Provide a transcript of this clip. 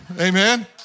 Amen